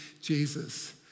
Jesus